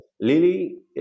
Lily